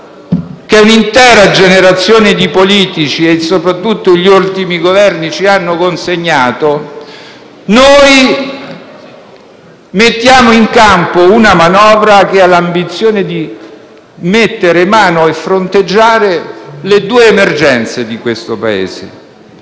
che un'intera generazione di politici e soprattutto gli ultimi Governi ci hanno consegnato, mettiamo in campo una manovra che ha l'ambizione di porre mano e fronteggiare le due emergenze del Paese.